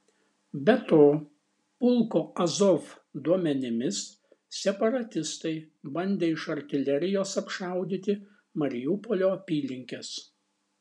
be to pulko azov duomenimis separatistai bandė iš artilerijos apšaudyti mariupolio apylinkes